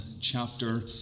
chapter